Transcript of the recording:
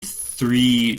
three